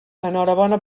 enhorabona